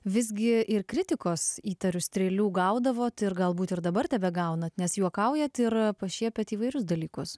visgi ir kritikos įtariu strėlių gaudavote ir galbūt ir dabar tebegaunate nes juokaujate ir pašiepiate įvairius dalykus